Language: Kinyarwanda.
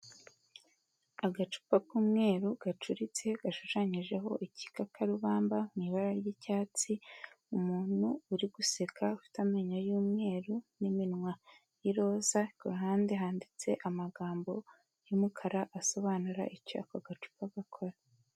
Agacupa k'umweru gacuritse gashushanyijeho igikakarubamba mu ibara ry'icyatsi, umuntu uri guseka ufite amenyo y'umweru n'iminwa y'iroza ku ruhande handitse amagambo y'umukara asobanura icyo ako gacupa gakora.